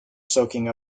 soaking